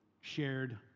shared